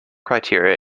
criteria